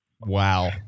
Wow